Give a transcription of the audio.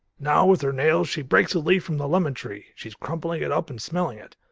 now, with her nails she breaks a leaf from the lemon tree she's crumpling it up and smelling it.